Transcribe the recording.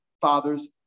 father's